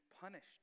punished